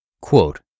Quote